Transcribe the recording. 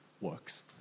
works